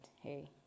hey